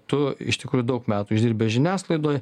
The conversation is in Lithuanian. tu iš tikrųjų daug metų išdirbęs žiniasklaidoj